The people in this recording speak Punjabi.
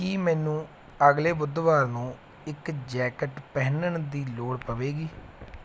ਕੀ ਮੈਨੂੰ ਅਗਲੇ ਬੁੱਧਵਾਰ ਨੂੰ ਇੱਕ ਜੈਕਟ ਪਹਿਨਣ ਦੀ ਲੋੜ ਪਵੇਗੀ